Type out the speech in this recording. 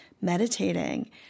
Meditating